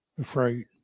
afraid